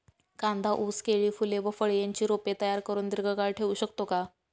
कांदा, ऊस, केळी, फूले व फळे यांची रोपे तयार करुन दिर्घकाळ ठेवू शकतो का?